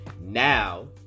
now